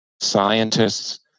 scientists